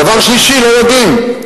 דבר שלישי, לא יודעים.